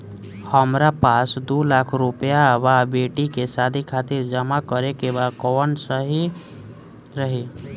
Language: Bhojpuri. हमरा पास दू लाख रुपया बा बेटी के शादी खातिर जमा करे के बा कवन सही रही?